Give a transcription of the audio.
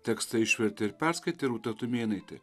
tekstą išvertė ir perskaitė rūta tumėnaitė